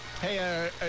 Hey